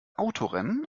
autorennen